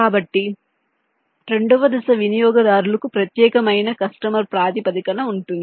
కాబట్టి రెండవ దశ వినియోగదారులకు ప్రత్యేకమైన కస్టమర్ ప్రాతిపదికన ఉంటుంది